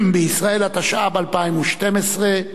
התשע"ב 2012,